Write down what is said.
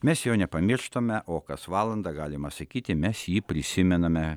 mes jo nepamirštame o kas valandą galima sakyti mes jį prisimename